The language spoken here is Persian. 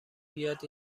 بیاد